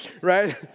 right